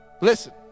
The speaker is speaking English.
listen